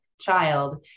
child